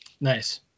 Nice